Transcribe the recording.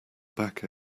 back